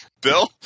Bill